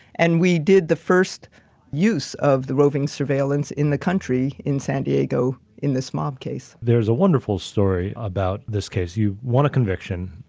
and we did the first use of the roving surveillance in the country in san diego in this mob case. there's a wonderful story about this case you want to conviction.